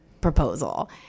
proposal